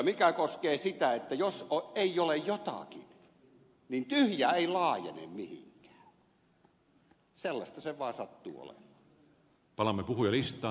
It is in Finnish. mikä koskee sitä että jos ei ole jotakin niin tyhjä ei laajene mihinkään sellaista se vaan sattuu olemaan